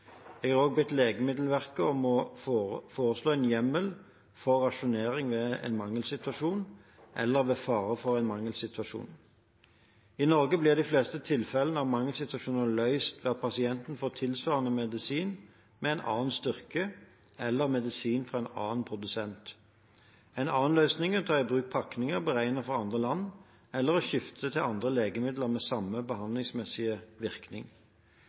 Jeg har også bedt Legemiddelverket om å foreslå en hjemmel for rasjonering ved en mangelsituasjon – eller ved fare for en mangelsituasjon. I Norge blir de fleste tilfellene av mangelsituasjoner løst ved at pasienten får tilsvarende medisin med en annen styrke, eller medisin fra en annen produsent. En annen løsning er å ta i bruk pakninger beregnet for andre land, eller å skifte til andre legemidler med samme behandlingsmessige virkning.